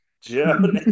Joe